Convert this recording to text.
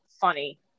funny